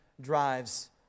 drives